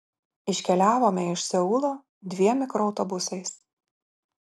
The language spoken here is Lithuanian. iškeliavome iš seulo dviem mikroautobusais